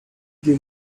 give